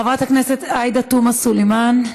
חברת הכנסת עאידה תומא סלימאן,